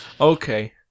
Okay